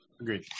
Agreed